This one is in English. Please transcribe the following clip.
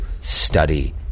study